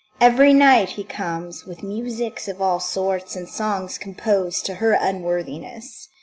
every night he comes with musics of all sorts, and songs compos'd to her unworthiness.